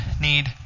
need